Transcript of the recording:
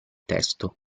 testo